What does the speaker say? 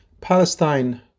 Palestine